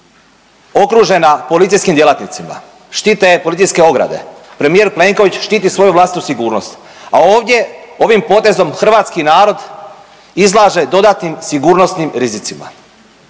okružena policijskim djelatnicima, štite je policijske ograde, premijer Plenković štiti svoju vlastitu sigurnost, a ovdje ovim potezom hrvatski narod izlaže dodatnim sigurnosnim rizicima.